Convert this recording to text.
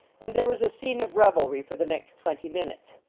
and there was a scene of revelry for the next twenty minutes.